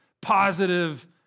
positive